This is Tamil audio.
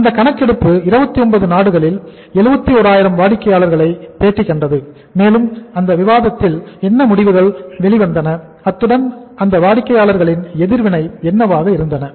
அந்த கணக்கெடுப்பு 29 நாடுகளில் 71000 வாடிக்கையாளர்களை பேட்டி கண்டது மேலும் அந்த விவாதத்தில் என்ன முடிவுகள் வெளிவந்தன அத்துடன் அந்த வாடிக்கையாளர்களின் எதிர்வினை என்னவாக இருந்தன